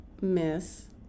miss